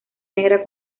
negra